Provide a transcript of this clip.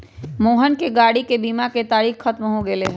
मोहन के गाड़ी के बीमा के तारिक ख़त्म हो गैले है